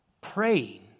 Praying